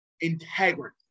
integrity